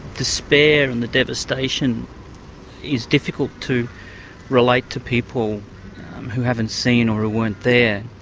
despair and the devastation is difficult to relate to people who haven't seen or who weren't there.